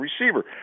receiver